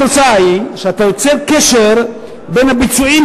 התוצאה היא שאתה יוצר קשר בין הביצועים